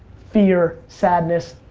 fear, sadness,